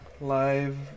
live